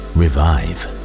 revive